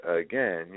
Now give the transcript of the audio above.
again